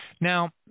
Now